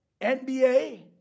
NBA